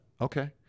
Okay